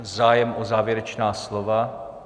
Zájem o závěrečná slova?